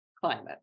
climate